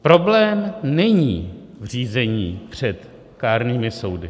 Problém není v řízení před kárnými soudy.